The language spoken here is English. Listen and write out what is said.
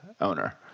owner